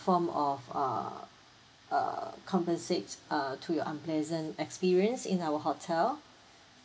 form of uh uh compensates uh to your unpleasant experience in our hotel